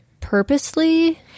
purposely